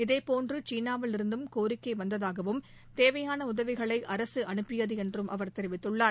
இதேபோன்று சீனாவிலிருந்தும் கோரிக்கை வந்ததாகவும் தேவையாள உதவிகளை அரசு அனுப்பியது என்றும் அவர் தெரிவித்துள்ளார்